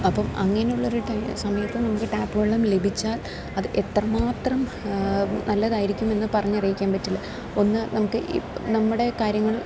അപ്പം അങ്ങനെയുള്ളൊരു ടൈം സമയത്ത് നമുക്ക് ടാപ്പ് വെള്ളം ലഭിച്ചാൽ അത് എത്രമാത്രം നല്ലതായിരിക്കുമെന്ന് പറഞ്ഞറിയിക്കാൻ പറ്റില്ല ഒന്ന് നമുക്ക് നമ്മുടെ കാര്യങ്ങൾ